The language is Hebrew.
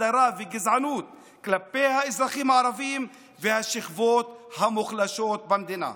הדרה וגזענות כלפי האזרחים הערבים והשכבות המוחלשות במדינה.